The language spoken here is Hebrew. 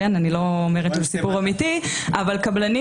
אני לא אומרת שהוא סיפור אמיתי אבל קבלנים